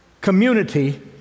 community